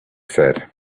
said